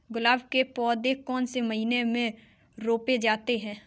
गुलाब के पौधे कौन से महीने में रोपे जाते हैं?